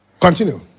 Continue